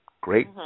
Great